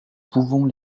pouvons